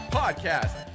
podcast